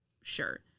sure